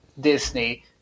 Disney